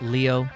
Leo